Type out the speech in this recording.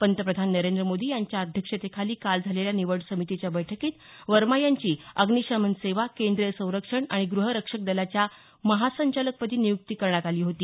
पंतप्रधान नरेंद्र मोदी यांच्या अध्यक्षतेखाली काल झालेल्या निवड समितीच्या बैठकीत वर्मा यांची अग्निशमन सेवा केंद्रीय संरक्षण आणि गृह रक्षक दलाच्या महासंचालकपदी नियुक्ती करण्यात आली होती